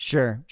Sure